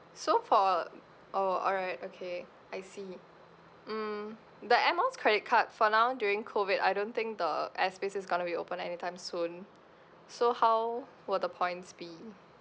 so for oh alright okay I see um the air miles credit card for now during COVID I don't think the airspace is gonna be open anytime soon so how will the points be